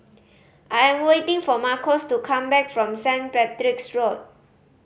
I am waiting for Marcos to come back from Saint Patrick's Road